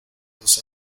los